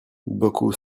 beaucoup